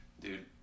Dude